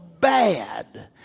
bad